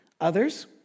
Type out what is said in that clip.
others